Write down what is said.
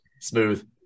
Smooth